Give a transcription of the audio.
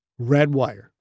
Redwire